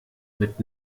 mit